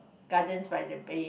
Gardens by the Bay